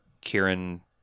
Kieran